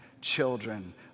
children